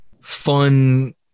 fun